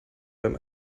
beim